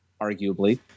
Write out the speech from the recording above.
arguably